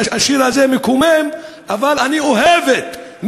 השיר הזה מקומם אבל אני אוהבת,